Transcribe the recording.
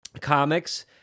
comics